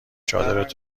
چادرت